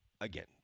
again